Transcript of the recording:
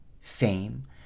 fame